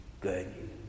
good